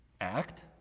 act